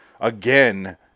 Again